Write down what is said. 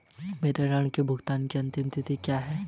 मेरे ऋण के भुगतान की अंतिम तिथि क्या है?